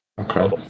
Okay